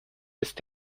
ist